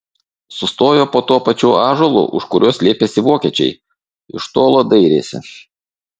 sustojo po tuo pačiu ąžuolu už kurio slėpėsi vokiečiai iš tolo dairėsi